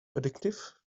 addictive